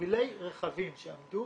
מובילי רכבים שעמדו